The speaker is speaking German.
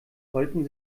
sollten